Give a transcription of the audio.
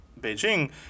Beijing